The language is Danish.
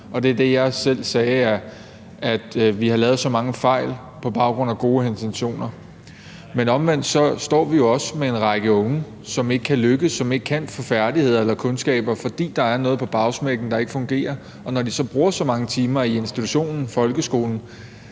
og det, jeg selv sagde, var, at vi har lavet så mange fejl på trods af gode intentioner. Men omvendt står vi jo også med en række unge, som ikke kan lykkes, og som ikke kan få færdigheder eller kundskaber, fordi der er noget på bagsmækken, der ikke fungerer. Og når de så bruger så mange timer i institutionen, folkeskolen,